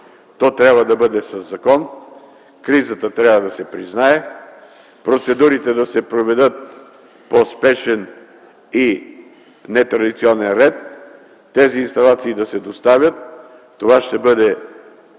то трябва да бъде уредено със закон. Кризата трябва да се признае, процедурите трябва да се проведат по спешен и нетрадиционен ред, тези инсталации да се доставят. Това ще бъде